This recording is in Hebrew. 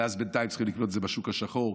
ואז בינתיים צריכים לקנות את זה בשוק השחור.